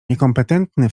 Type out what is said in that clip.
niekompetentny